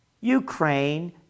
Ukraine